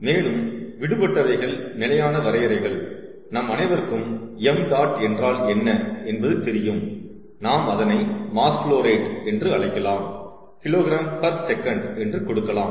மேலும் விடுபட்டவைகள் நிலையான வரையறைகள் நம் அனைவருக்கும் 𝑚̇ என்றால் என்ன என்பது தெரியும் நாம் அதனை மாஸ் ஃபுலோ ரேட் என்று அழைக்கலாம் kg பர் sec என்று கொடுக்கலாம்